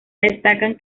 destacan